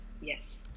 Yes